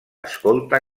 escolta